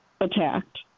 attacked